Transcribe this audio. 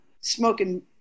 smoking